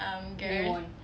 they won